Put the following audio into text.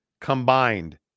combined